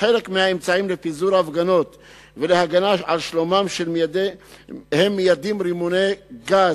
וכחלק מהאמצעים לפיזור הפגנות ולהגנה על שלומם הם מיידים רימוני גז.